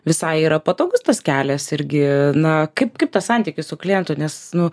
visai yra patogus tas kelias irgi na kaip kaip tas santykis su klientu nes nu